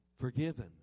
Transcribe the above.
forgiven